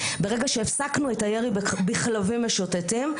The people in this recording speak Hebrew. ברגע שהפסקנו את הירי בכלבים משוטטים,